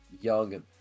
young